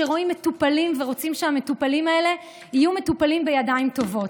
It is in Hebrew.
שרואים מטופלים ורוצים שהמטופלים האלה יהיו מטופלים בידיים טובות.